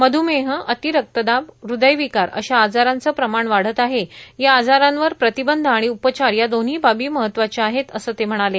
मध्यमेह अतिरक्तदाब ह्दयविकार अशा आजारांचं प्रमाण वाढत आहे या आजारांवर प्रतिबंध आणि उपचार या दोन्ही बाबी महत्त्वाच्या आहेत असं ते म्हणाले